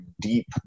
deep